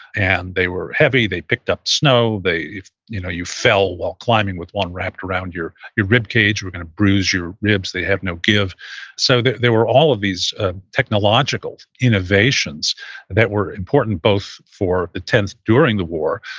and they were heavy. they picked up snow. if you know you fell while climbing with one wrapped around your your rib cage, you were going to bruise your ribs. they have no give so there were all of these ah technological innovations that were important both for the tenth during the war,